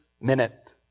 minute